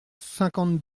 cinquante